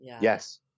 Yes